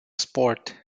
sport